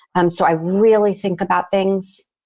um so i really think about things.